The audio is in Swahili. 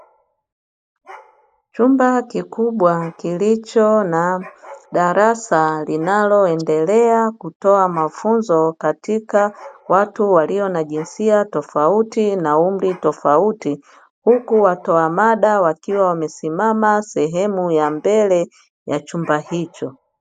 Chumba kikubwa kilicho na darasa linaloendelea kutoa mafunzo, katika watu walio na jinsia tofauti na umri tofauti, huku watoa mada, wakiwa wamesimama sehemu ya mbele ya chumba hicho.